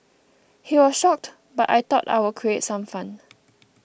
he was shocked but I thought I'd create some fun